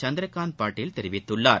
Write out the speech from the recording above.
சந்திராகாந்த் பாட்டீல் தெரிவித்துள்ளார்